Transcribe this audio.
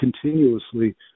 continuously